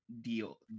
deal